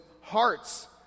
hearts